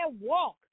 walk